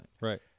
Right